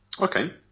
Okay